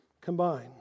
combine